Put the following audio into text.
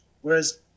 whereas